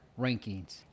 rankings